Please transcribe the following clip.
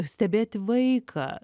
stebėti vaiką